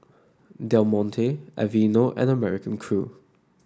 Del Monte Aveeno and American Crew